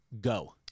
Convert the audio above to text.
go